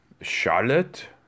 Charlotte